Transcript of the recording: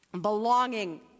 Belonging